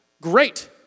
great